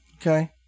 Okay